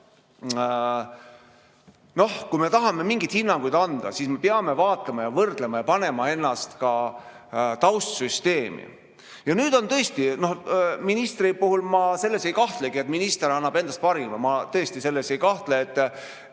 kui me tahame mingeid hinnanguid anda, siis me peame vaatama ja võrdlema ja panema ennast ka taustsüsteemi. Nüüd, tõesti, ministri puhul ma selles ei kahtlegi, et minister annab endast parima. Ma tõesti selles ei kahtle, et